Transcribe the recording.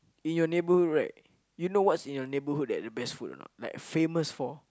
in your neighbourhood right you know what is in your neighbourhood that the best food or not like famous for